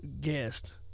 guest